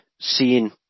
seeing